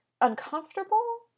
uncomfortable